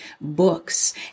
books